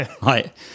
right